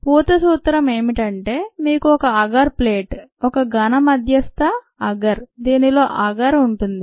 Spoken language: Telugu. పూత సూత్రం ఏమిటంటే మీకు అగర్ ప్లేట్ ఒక ఘన మధ్యస్థ అగర్ దీనిలో అగర్ ఉంటుంది